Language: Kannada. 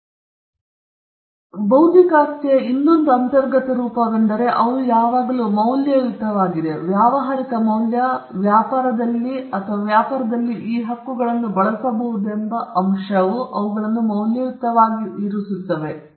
ಬೌದ್ಧಿಕ ಆಸ್ತಿಯ ಸ್ವಾಭಾವಿಕ ಸ್ವರೂಪದಲ್ಲಿ ಅಂತರ್ಗತವಾಗಿರುವ ಮತ್ತೊಂದು ಲಕ್ಷಣ ಅಥವಾ ಯಾವುದಾದರೂ ವಿಷಯವೆಂದರೆ ಈ ಹಕ್ಕುಗಳನ್ನು ಒಮ್ಮೆ ರಚಿಸಿದರೆ ಅವು ಮೌಲ್ಯಯುತವಾಗಿವೆ ವ್ಯಾವಹಾರಿಕ ಮೌಲ್ಯ ಅಥವಾ ವ್ಯಾಪಾರದಲ್ಲಿ ಮತ್ತು ವ್ಯಾಪಾರದಲ್ಲಿ ಈ ಹಕ್ಕುಗಳನ್ನು ಬಳಸಬಹುದೆಂಬ ಅಂಶವು ಅವುಗಳನ್ನು ಮೌಲ್ಯಯುತವಾಗಿಸುತ್ತದೆ